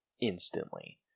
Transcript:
instantly